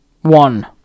one